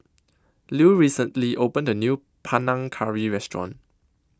Lew recently opened A New Panang Curry Restaurant